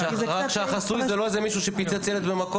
רק שהחסוי זה לא איזה מישהו שפוצץ ילד במכות.